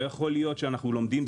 לא יכול להיות שאנחנו לומדים רבות,